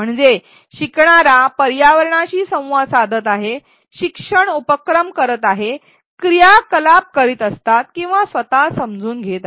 म्हणजे शिकणारा पर्यावरणाशी संवाद साधत आहे शिक्षण उपक्रम करत आहे क्रियाकलाप करीत असताना तो किंवा ती स्वतःला समजून घेत आहे